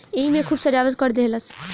एईमे खूब सजावट कर देहलस